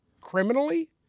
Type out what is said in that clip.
criminally